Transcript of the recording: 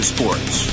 Sports